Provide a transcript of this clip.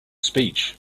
speech